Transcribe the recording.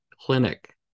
Clinic